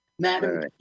Madam